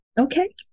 Okay